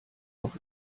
auch